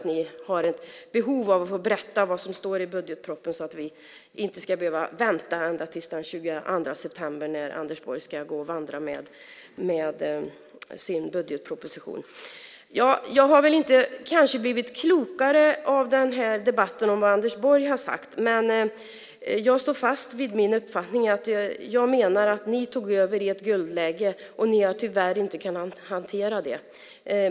Ni har ett behov av att få berätta vad som står i budgetpropositionen så att vi inte ska behöva vänta ända till den 22 september när Anders Borg ska vandra med sin budgetproposition. Jag har väl inte blivit klokare av den här debatten och av vad Anders Borg har sagt. Jag står fast vid min uppfattning. Jag menar att ni tog över i ett guldläge, och ni har tyvärr inte kunnat hantera det.